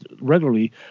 regularly